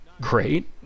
great